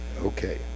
Okay